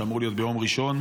שאמור להיות ביום ראשון.